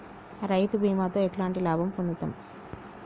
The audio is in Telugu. రైతు బీమాతో ఎట్లాంటి లాభం పొందుతం?